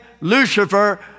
Lucifer